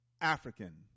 African